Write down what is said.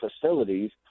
facilities